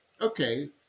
okay